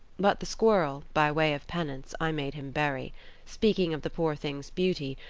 but the squirrel, by way of penance, i made him bury speaking of the poor thing's beauty,